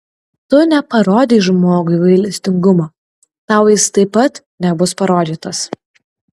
tu neparodei žmogui gailestingumo tau jis taip pat nebus parodytas